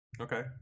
Okay